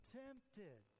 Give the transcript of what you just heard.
tempted